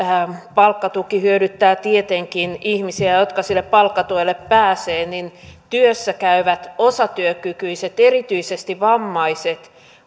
palkkatuki hyödyttää tietenkin ihmisiä jotka sille palkkatuelle pääsevät niin työssä käyvät osatyökykyiset erityisesti vammaiset